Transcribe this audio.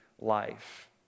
life